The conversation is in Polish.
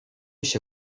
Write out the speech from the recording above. się